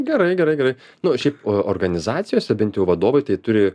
gerai geraigerai nors šiaip organizacijose bent jau vadovai tai turi